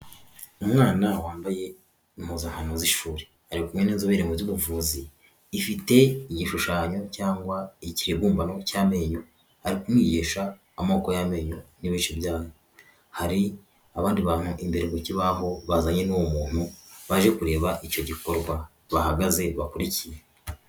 Umwana wambaye impuzankano z'ishuri; ari kumwe n'inzobere mu by'ubuvuzi. Ifite igishushanyo cyangwa ikibumbano cy'amenyo, aramwigisha amoko y'amenyo n'ibice byayo. Hari abandi bantu imbere ku kibaho bazanye n'uwo muntu, baje kureba icyo gikorwa bahagaze bakurikiye.